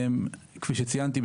כפי שציינתי,